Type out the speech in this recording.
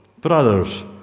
brothers